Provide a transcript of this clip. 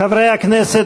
חברי הכנסת,